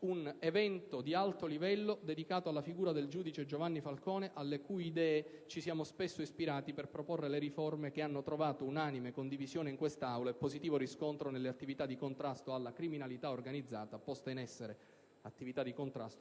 un evento di alto livello dedicato alla figura del giudice Giovanni Falcone, alle cui idee ci siamo spesso ispirati per proporre le riforme che hanno trovato unanime condivisione in quest'Aula e positivo riscontro nelle attività di contrasto alla criminalità organizzata posta in essere